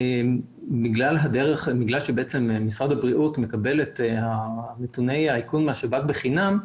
בגלל שמשרד הבריאות מקבל את נתוני האיכון מהשב"כ בחינם,